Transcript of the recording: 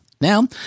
Now